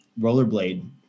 rollerblade